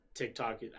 tiktok